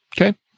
Okay